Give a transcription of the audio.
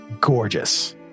gorgeous